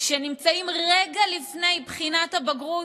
שאין קשר ענייני כלשהו בינו לבין רשות החברות